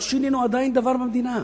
לא שינינו עדיין דבר במדינה.